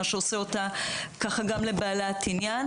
מה שעושה אותה גם לבעלת עניין.